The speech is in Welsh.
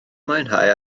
mwynhau